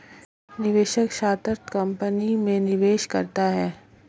निवेशक startup company में निवेश करता है